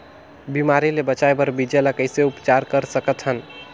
बिमारी ले बचाय बर बीजा ल कइसे उपचार कर सकत हन?